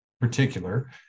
particular